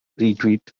retweet